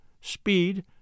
speed